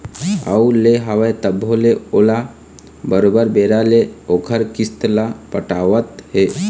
अउ ले हवय तभो ले ओला बरोबर बेरा ले ओखर किस्त ल पटावत हे